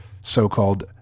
so-called –